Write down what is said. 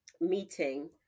meeting